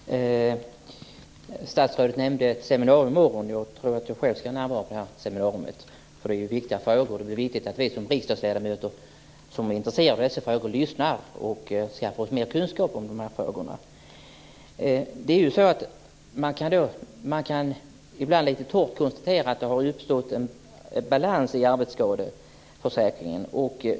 Herr talman! Statsrådet nämnde ett seminarium i morgon. Jag kommer själv att närvara vid seminariet. Det är viktiga frågor, och det är viktigt att vi riksdagsledamöter som är intresserade av dessa frågor lyssnar och skaffar oss mer kunskap i frågorna. Man kan ibland torrt konstatera att det har uppstått en balans i arbetsskadeförsäkringen.